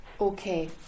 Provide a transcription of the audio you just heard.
Okay